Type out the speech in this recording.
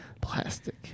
Plastic